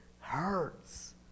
Hurts